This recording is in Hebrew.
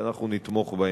שאנחנו נתמוך בהם,